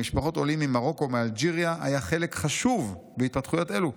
למשפחות עולים ממרוקו ומאלג'יריה היה חלק חשוב בהתפתחויות אלו.